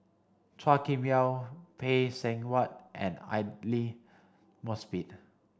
Chua Kim Yeow Phay Seng Whatt and Aidli Mosbit